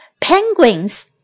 Penguins